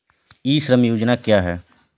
ई श्रम योजना क्या है?